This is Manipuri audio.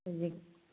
ꯍꯧꯖꯤꯛ